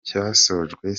cyasojwe